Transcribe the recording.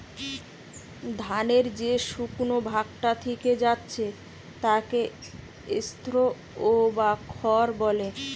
ধানের যে শুকনো ভাগটা থিকে যাচ্ছে তাকে স্ত্রও বা খড় বলে